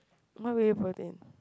what whey protein